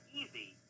easy